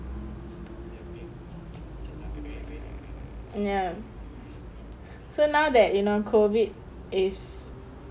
ya so now that you know COVID is